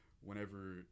whenever